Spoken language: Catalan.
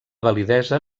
validesa